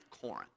Corinth